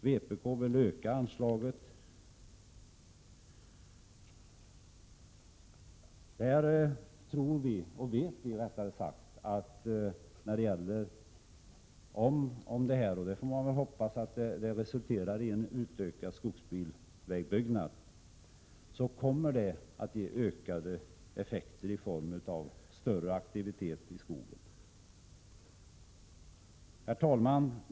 Vpk vill för sin del öka anslaget. Vi vet att om det här förslaget, som man får hoppas, resulterar i ökad skogsbilvägsbyggnad, kommer det att ge ökade effekter i form av större aktivitet i skogen. Herr talman!